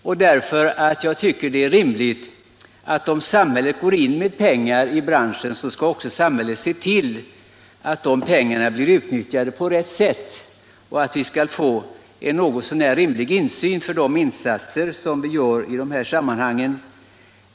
Vidare anser jag att om samhället går in med pengar i branschen, så skall också samhället se till att de pengarna blir utnyttjade på rätt sätt och att samhället får någorlunda rimlig insyn för de insatser vi gör i sammanhanget.